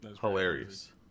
Hilarious